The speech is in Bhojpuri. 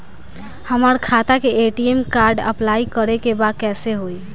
हमार खाता के ए.टी.एम कार्ड अप्लाई करे के बा कैसे होई?